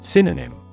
Synonym